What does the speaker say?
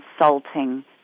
insulting